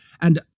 and-